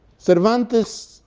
cervantes,